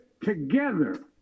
together